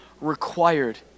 required